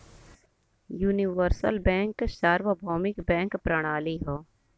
universal bank सार्वभौमिक bank प्रणाली हौ